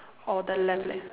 or the left leg